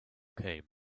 came